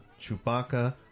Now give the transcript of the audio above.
Chewbacca